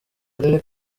karere